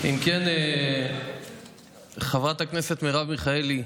אם כן, חברת הכנסת מרב מיכאלי,